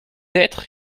être